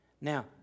Now